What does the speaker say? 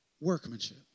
workmanship